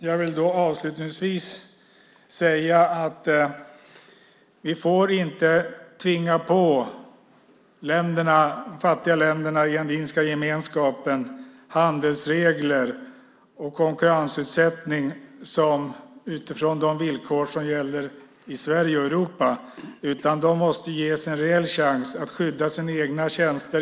Jag vill avslutningsvis säga att vi inte får tvinga på de fattiga länderna i Andinska gemenskapen handelsregler och konkurrensutsättning utifrån de villkor som gäller i Sverige och Europa. De måste ges en rejäl chans att skydda sina egna tjänster.